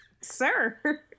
Sir